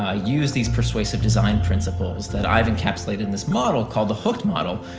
ah use these persuasive design principles that i've encapsulated in this model called the hooked model,